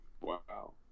Wow